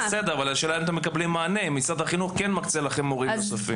משרד החינוך כן מקצה לכם מורים נוספים?